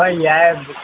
ꯍꯣꯏ ꯌꯥꯏ